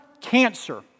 Cancer